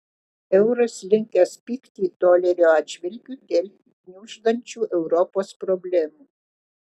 euras linkęs pigti dolerio atžvilgiu dėl gniuždančių europos problemų